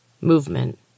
movement